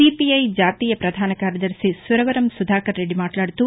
CPI జాతీయ పధాన కార్యదర్శి సురవరం సుధాకర్ రెడ్డి మాట్లాడుతూ